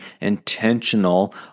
intentional